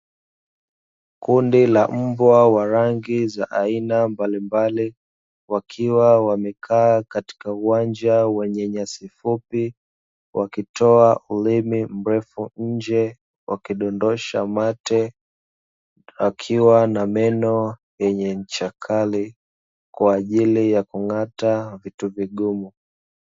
Kundi la mbwa wa rangi za aina mbalimbali, wakiwa wamekaa katika uwanja wenye nyasi fupi wakitoa ulimi mrefu nje, wakidondosha mate akiwa na meno ya ncha kali kwaajili ya kung'ata vitu vigumu.